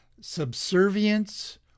subservience